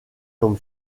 comme